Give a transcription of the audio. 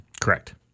correct